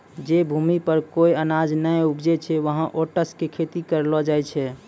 जै भूमि पर कोय अनाज नाय उपजै छै वहाँ ओट्स के खेती करलो जाय छै